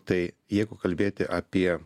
tai jeigu kalbėti apie